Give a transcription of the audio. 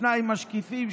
שניים משקיפים,